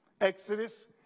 Exodus